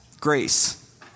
Grace